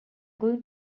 going